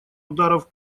ударов